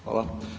Hvala.